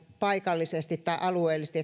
paikallisesti tai alueellisesti